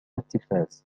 التلفاز